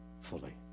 fully